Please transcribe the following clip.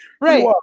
Right